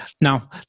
Now